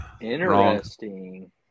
Interesting